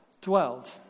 dwelled